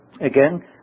again